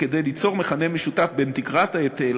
כדי ליצור מכנה משותף בין תקרת ההיטל